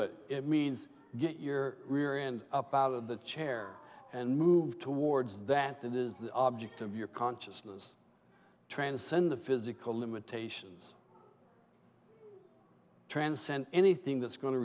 it it means get your rear end up out of the chair and move towards that that is the object of your consciousness transcend the physical limitations transcend anything that's going to